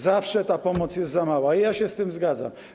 Zawsze ta pomoc jest za mała, ja się z tym zgadzam.